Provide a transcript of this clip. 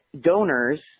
donors